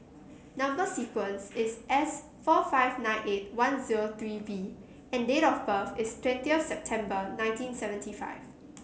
number sequence is S four five nine eight one zero three V and date of birth is twentyth September nineteen seventy five